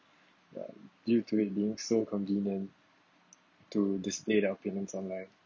uh due to it being so convenient to display their opinions online